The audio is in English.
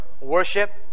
worship